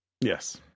Yes